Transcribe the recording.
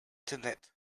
knit